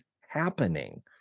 happening